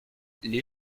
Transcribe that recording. les